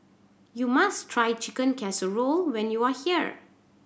you must try Chicken Casserole when you are here